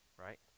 Right